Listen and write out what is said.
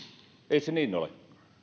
se niin ole